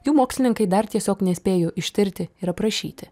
jų mokslininkai dar tiesiog nespėjo ištirti ir aprašyti